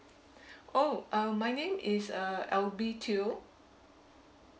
oh uh my name is uh alby teo